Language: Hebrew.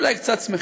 אולי קצת שמחים,